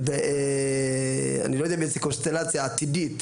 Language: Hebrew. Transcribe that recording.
אני לא יודע באיזה קונסטלציה עתידית,